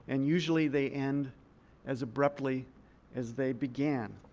and usually they end as abruptly as they began.